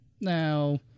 Now